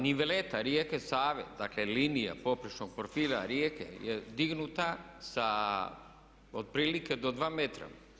Ni veduta rijeke Save, dakle linija poprečnog profila rijeke je dignuta sa otprilike do dva metra.